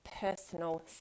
personal